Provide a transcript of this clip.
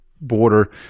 border